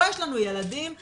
פה יש לנו ילדים ערבים.